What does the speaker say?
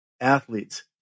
athletes